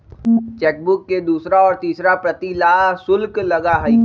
chequebook के दूसरा और तीसरा प्रति ला शुल्क लगा हई